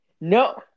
No